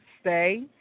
stay